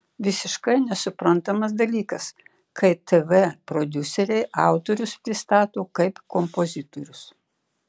visiškai nesuprantamas dalykas kai tv prodiuseriai autorius pristato kaip kompozitorius